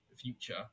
future